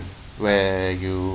where you